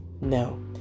no